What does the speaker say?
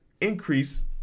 increase